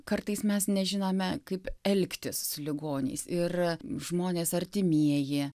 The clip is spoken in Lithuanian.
kartais mes nežinome kaip elgtis su ligoniais ir žmonės artimieji